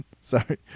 sorry